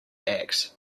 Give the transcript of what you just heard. act